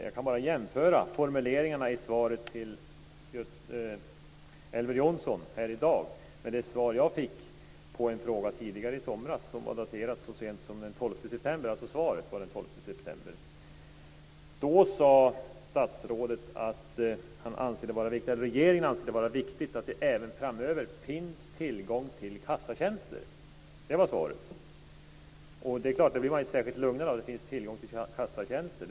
Jag kan bara jämföra formuleringarna i svaret till Elver Jonsson här i dag med det svar som jag fick på en fråga i somras. Svaret är daterat så sent som den 12 september. Då sade statsrådet att regeringen anser det vara viktigt att det även framöver finns tillgång till kassatjänster. Det var svaret. Det är klart att man inte blir särskilt lugnad av att det finns tillgång till kassatjänster.